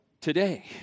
today